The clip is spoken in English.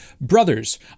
Brothers